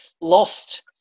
lost